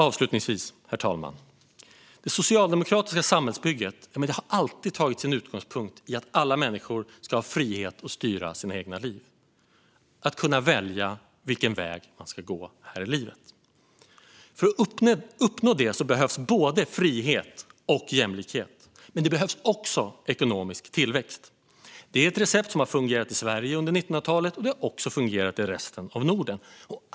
Avslutningsvis, herr talman, vill jag säga att det socialdemokratiska samhällsbygget alltid har tagit sin utgångspunkt i att alla människor ska ha frihet att styra sina egna liv och kunna välja vilken väg de ska gå här i livet. För att uppnå detta behövs frihet och jämlikhet, men det behövs också ekonomisk tillväxt. Det är ett recept som har fungerat i Sverige under 1900-talet, och det har också fungerat i resten av Norden.